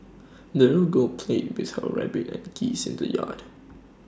the little girl played with her rabbit and geese in the yard